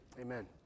Amen